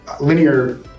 linear